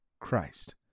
Christ